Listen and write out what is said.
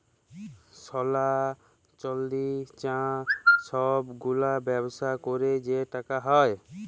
সলা, চাল্দি, চাঁ ছব গুলার ব্যবসা ক্যইরে যে টাকা হ্যয়